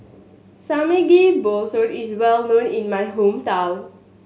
Samgeyopsal is well known in my hometown